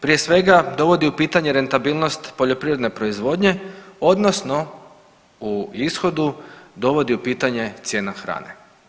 Prije svega dovodi u pitanje rentabilnost poljoprivredne proizvodnje odnosno u ishodu dovodi u pitanje cijena hrane.